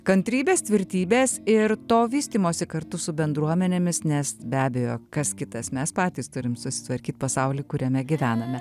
kantrybės tvirtybės ir to vystymosi kartu su bendruomenėmis nes be abejo kas kitas mes patys turim susitvarkyt pasaulį kuriame gyvename